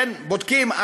בודקים,